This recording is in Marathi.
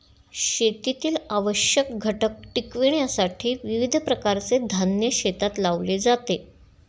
शेतीतील आवश्यक घटक टिकविण्यासाठी विविध प्रकारचे धान्य शेतात लावले जाते